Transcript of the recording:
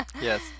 Yes